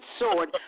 sword